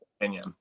opinion